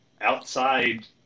outside